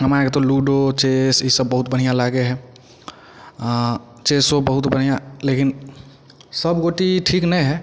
हमराके तऽ ludo chess ई सब बहुत बढ़िऑं लागै हइ आ चेसो बहुत बढ़िऑं लेकिन सब गोटी ठीक नहि हइ